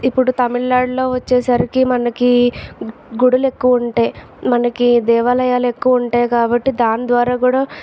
ఇప్పుడు తమిళ నాడులో వచ్చేసరికి మనకి గుడులు ఎక్కువ ఉంటాయి మనకి దేవాలయాలు ఎక్కువ ఉంటాయి కాబట్టి దాని ద్వారా కూడ